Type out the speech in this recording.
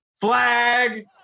Flag